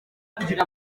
kugira